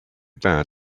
bad